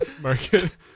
Market